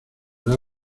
dar